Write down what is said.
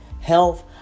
health